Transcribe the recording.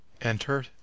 enter